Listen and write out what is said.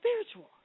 spiritual